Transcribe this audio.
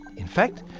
in fact,